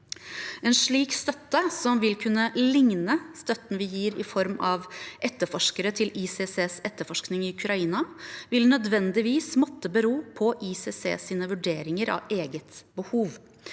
En slik støtte, som vil kunne ligne støtten vi gir i form av etterforskere til ICCs etterforskning i Ukraina, vil nødvendigvis måtte bero på ICCs vurderinger av eget behov.